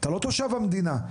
אתה לא תושב המדינה,